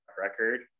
record